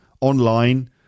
online